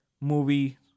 movie